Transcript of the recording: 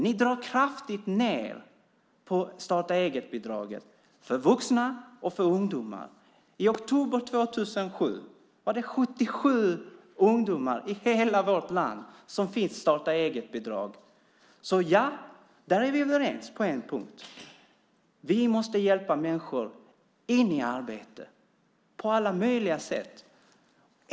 Ni drar kraftigt ned på starta-eget-bidraget för vuxna och för ungdomar. I oktober 2007 var det 77 ungdomar i hela vårt land som fick starta-eget-bidrag. Vi är överens på en punkt. Vi måste hjälpa människor in i arbete på alla möjliga sätt.